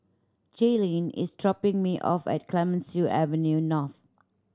Jaylynn is dropping me off at Clemenceau Avenue North